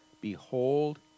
behold